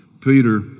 Peter